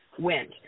went